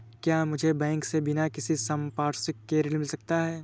क्या मुझे बैंक से बिना किसी संपार्श्विक के ऋण मिल सकता है?